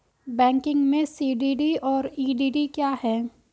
Banking में CDD और EDD क्या हैं?